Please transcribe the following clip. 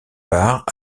part